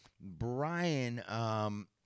Brian